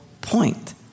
point